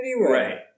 Right